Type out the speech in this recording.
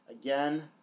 again